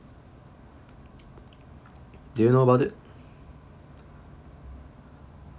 do you know about it